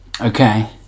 okay